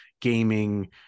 gaming